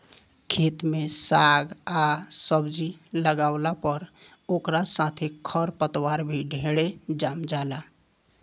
खेत में साग आ सब्जी लागावला पर ओकरा साथे खर पतवार भी ढेरे जाम जाला